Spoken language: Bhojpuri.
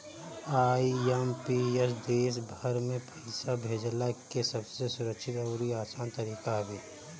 आई.एम.पी.एस देस भर में पईसा भेजला के सबसे सुरक्षित अउरी आसान तरीका हवे